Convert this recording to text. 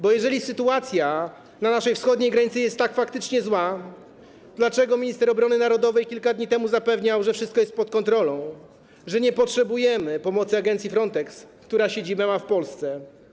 Bo jeżeli sytuacja na naszej wschodniej granicy jest faktycznie tak zła, to dlaczego minister obrony narodowej kilka dni temu zapewniał, że wszystko jest pod kontrolną, że nie potrzebujemy pomocy agencji Frontex, która ma siedzibę w Polsce?